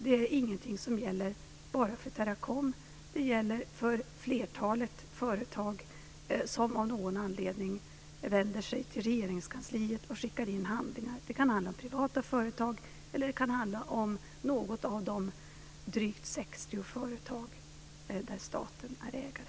Det är ingenting som gäller bara för Teracom, utan det gäller för flertalet företag som av någon anledning vänder sig till Regeringskansliet och skickar in handlingar. Det kan handla om privata företag eller om något av de drygt 60 företag där staten är ägare.